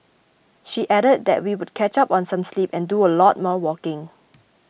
she added that she would catch up on some sleep and do a lot more walking